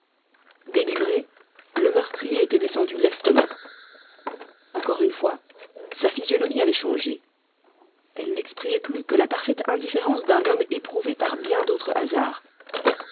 délivré le meurtrier était descendu lestement encore une fois sa physionomie avait changé elle n'exprimait plus que la parfaite indifférence d'un homme éprouvé par bien d'autres hasards